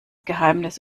geheimnis